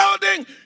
building